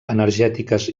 energètiques